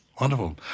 Wonderful